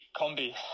Combi